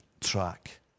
track